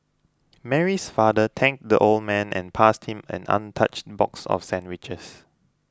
Mary's father thanked the old man and passed him an untouched box of sandwiches